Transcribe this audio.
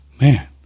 Man